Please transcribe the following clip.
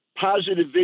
Positive